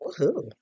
Woohoo